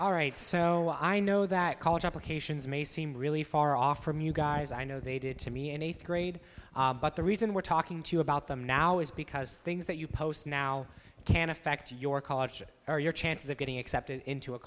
all right so i know that college applications may seem really far off from you guys i know they did to me in eighth grade but the reason we're talking to you about them now is because things that you post now can affect your college or your chances of getting accepted into a